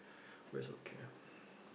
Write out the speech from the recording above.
but it's okay